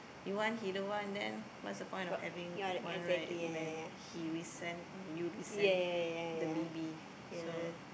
you want he don't want then what's the point of having one right when he resent or you resent the baby so